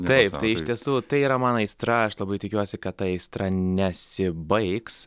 taip iš tiesų tai yra mano aistra aš labai tikiuosi kad ta aistra nesibaigs